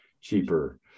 cheaper